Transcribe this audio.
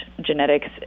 genetics